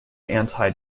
anti